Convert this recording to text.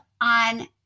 on